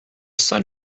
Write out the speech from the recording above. sun